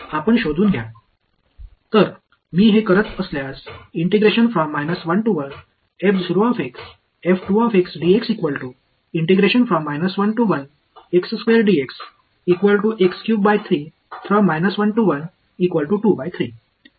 आम्हाला शोधू द्या तर मी हे करत असल्यास आणि उत्तर असेल